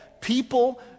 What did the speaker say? People